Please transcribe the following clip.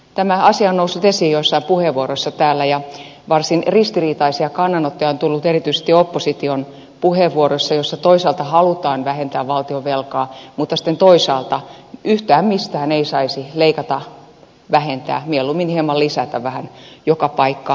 tämä asia on noussut esiin joissain puheenvuoroissa täällä ja varsin ristiriitaisia kannanottoja on tullut erityisesti opposition puheenvuoroissa joissa toisaalta halutaan vähentää valtionvelkaa mutta sitten toisaalta yhtään mistään ei saisi leikata ja vähentää vaan mieluummin pitäisi hieman lisätä vähän joka paikkaan